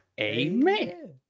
Amen